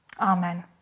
Amen